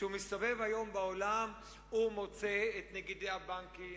כאשר הוא מסתובב היום בעולם הוא מוצא את נגידי הבנקים,